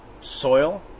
soil